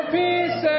peace